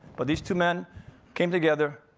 but these two men came together,